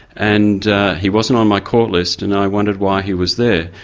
and he wasn't on my court list, and i wondered why he was there.